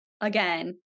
again